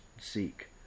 seek